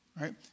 right